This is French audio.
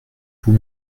vous